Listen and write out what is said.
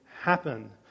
happen